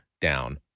down